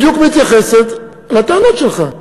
שמתייחסת בדיוק לטענות שלך.